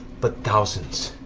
but thousands,